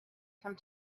some